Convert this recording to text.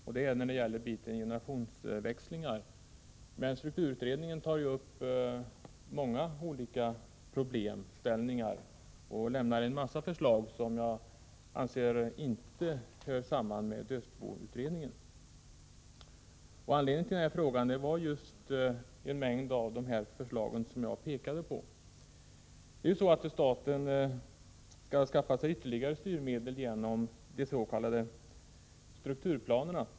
Det gäller den del som handlar om generationsväxlingar, men strukturutredningen tar ju upp många olika problemställningar och lämnar en massa förslag som jag anser inte hör samman med dödsboutredningen. Anledningen till min fråga var just en mängd av de här förslagen som jag pekade på. Staten skall skaffa sig ytterligare styrmedel genom de s.k. strukturplanerna.